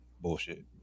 bullshit